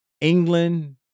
England